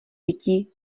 pití